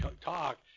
talk